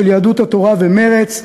של יהדות התורה ומרצ.